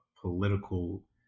political